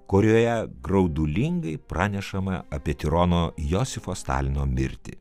kurioje graudulingai pranešama apie tirono josifo stalino mirtį